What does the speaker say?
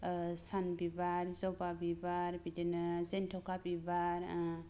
ओ सान बिबार जबा बिबार बिदिनो जेनथखा बिबार ओ